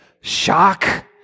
Shock